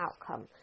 outcome